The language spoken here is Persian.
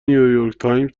نیویورکتایمز